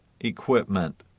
equipment